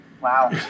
wow